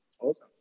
Awesome